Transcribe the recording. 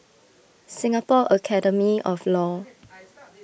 Singapore Academy of Law